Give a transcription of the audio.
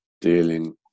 dealing